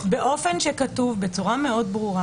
כתוב בצורה מאוד ברורה